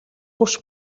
хөрш